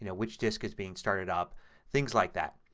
you know which disk is being started up things like that.